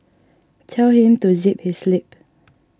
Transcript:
tell him to zip his lip